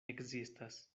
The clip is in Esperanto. ekzistas